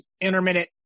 intermittent